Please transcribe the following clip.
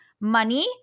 Money